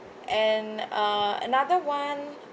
and uh another one